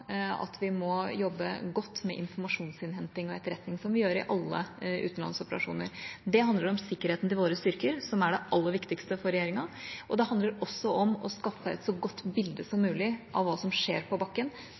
at vi må jobbe godt med informasjonsinnhenting og etterretning, som vi gjør i alle utenlandsoperasjoner. Det handler om sikkerheten til våre styrker, som er det aller viktigste for regjeringa. Det handler også om å skaffe et så godt bilde som mulig av hva som skjer på bakken